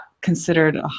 considered